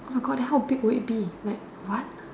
oh my god then how big will it be like what